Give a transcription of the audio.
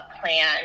plan